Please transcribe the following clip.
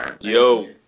Yo